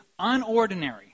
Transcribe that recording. unordinary